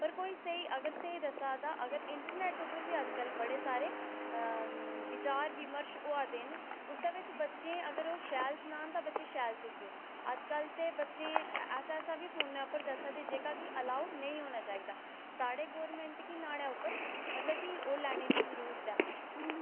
पर कोई स्हेई अगर स्हेई दस्सा दा अगर इंटरनेट उप्पर वी अजकल्ल बड़े सारे विचार विमर्श होआ दे न उसदे विच बच्चे अगर ओह् शैल सनान तां बच्चे शैल सिक्खदे अजकल्ल ते बच्चें ऐसा ऐस वी फोनै उप्पर दस्सा दे जेह्का कि अलाऊड नेईं होना चाहिदा साढ़े गौरमैंट गी न्हाड़े उप्पर मतलब की ओह् लैने दी जरूरत ऐ